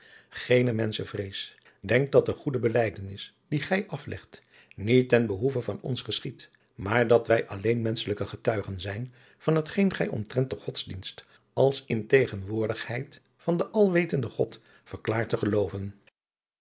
geene menschenvrees denk dat de goede belijdenis die gij aflegt niet ten behoeve van ons geschiedt maar dat wij alleen menschelijke getuigen zijn van hetgeen gij omtrent den godsdienst als in tegenwoordigheid van den alwetenden god verklaart te gelooven